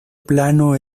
plano